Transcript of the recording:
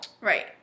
Right